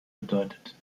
bedeutet